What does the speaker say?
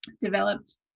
developed